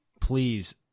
Please